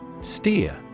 Steer